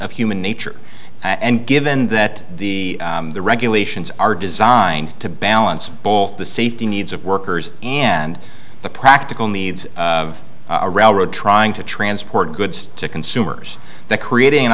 of human nature and given that the regulations are designed to balance ball the safety needs of workers and the practical needs of a railroad trying to transport goods to consumers creating an